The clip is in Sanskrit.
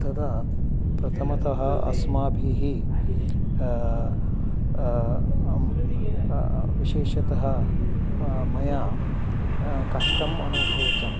तदा प्रथमतः अस्माभिः विशेषतः मया कष्टम् अनुभूतम्